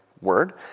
word